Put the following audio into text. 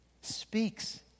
speaks